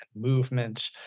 movement